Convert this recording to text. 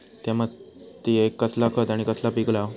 त्या मात्येत कसला खत आणि कसला पीक लाव?